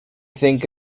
think